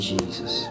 Jesus